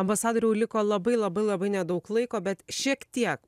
ambasadoriau liko labai labai labai nedaug laiko bet šiek tiek